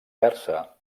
persa